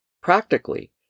Practically